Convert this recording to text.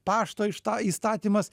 pašto išta įstatymas